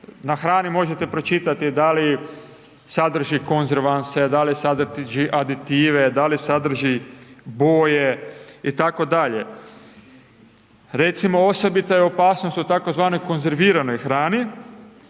na hrani možete pročitati da li sadrži konzervanse, da li sadrži aditive, da li sadrži boje itd.. Recimo osobita je opasnost u tzv. konzerviranoj hrani